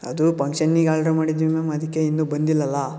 ಅದು ಪಂಕ್ಷನ್ನಿಗೆ ಆಲ್ಡ್ರ್ ಮಾಡಿದ್ವಿ ಮ್ಯಾಮ್ ಅದಕ್ಕೆ ಇನ್ನೂ ಬಂದಿಲ್ವಲ್ಲ